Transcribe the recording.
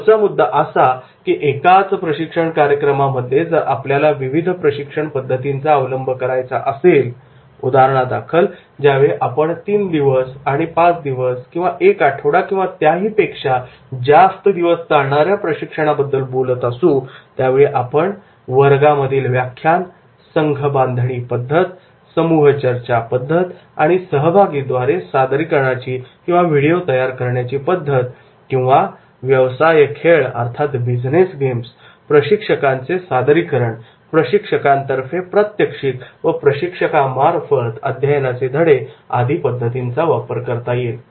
पुढचा मुद्दा असा की एकाच प्रशिक्षण कार्यक्रमामध्ये जर आपल्याला विविध प्रशिक्षण पद्धतींचा अवलंब करायचा असेल उदाहरणादाखल ज्या वेळी आपण तीन दिवस आणि पाच दिवस आणि एक आठवडा किंवा त्याहीपेक्षा जास्त दिवस चालणाऱ्या प्रशिक्षणाबद्दल बोलत असू त्यावेळी आपण वर्गांमधील व्याख्यान संघबांधणी पद्धत समूह चर्चा पद्धत आणि सहभागीद्वारे सादरीकरणाची किंवा व्हिडिओ तयार करण्याची पद्धत किंवा बिजनेस गेम्स व्यवसाय खेळ प्रशिक्षकांचे सादरीकरण प्रशिक्षकांतर्फे प्रात्यक्षिक व प्रशिक्षकामार्फत अध्ययनाचे धडे आदी पद्धतींचा वापर करता येईल